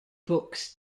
books